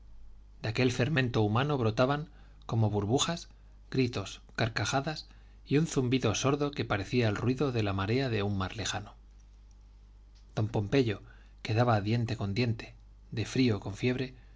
de aquel fermento humano brotaban como burbujas gritos carcajadas y un zumbido sordo que parecía el ruido de la marea de un mar lejano don pompeyo que daba diente con diente de frío con fiebre